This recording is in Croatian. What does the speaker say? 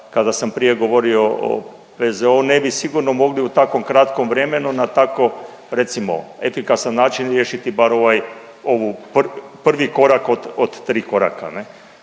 kada sam prije govorio o PZO ne bi sigurno mogli u takvom kratkom vremenu na tako recimo efikasan način riješiti bar ovaj, ovu prvi korak od tri koraka.